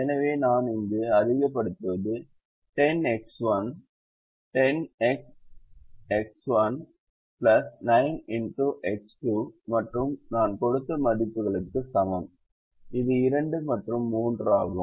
எனவே நான் இங்கு அதிகப்படுத்துவது 10X1 மற்றும் நான் கொடுத்த மதிப்புகளுக்கு சமம் இது 2 மற்றும் 3 ஆகும்